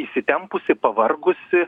įsitempusi pavargusi